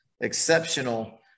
exceptional